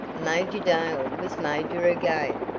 major dale was major again,